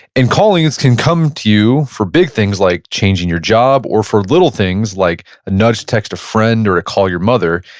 and callings can come to you for big things like changing your job or for little things like a nudge text a friend or call your mother,